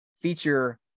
feature